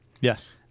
Yes